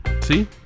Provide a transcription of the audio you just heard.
See